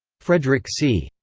frederic c.